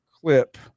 clip